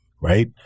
right